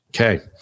Okay